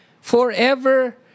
forever